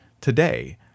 today